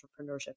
entrepreneurship